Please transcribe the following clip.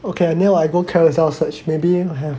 okay now I go Carousell and search maybe might have